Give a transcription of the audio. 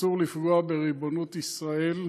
שאסור לפגוע בריבונות ישראל,